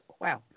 Wow